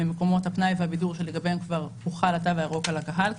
במקומות הפנאי והבידור לגביהם כבר הוחל התו הירוק על הקהל,